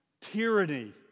tyranny